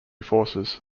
forces